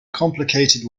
complicated